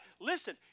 Listen